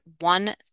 one